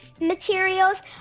materials